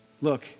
Look